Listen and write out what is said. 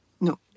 no